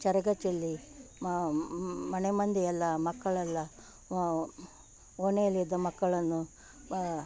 ಚರಗ ಚೆಲ್ಲಿ ಮನೆ ಮಂದಿಯೆಲ್ಲ ಮಕ್ಕಳೆಲ್ಲ ಓಣಿಯಲ್ಲಿದ್ದ ಮಕ್ಕಳನ್ನು ವಾ